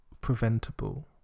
preventable